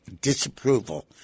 disapproval